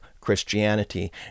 Christianity